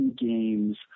games